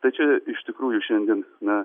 tai čia iš tikrųjų šiandien na